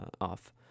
off